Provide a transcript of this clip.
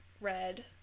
red